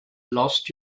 lost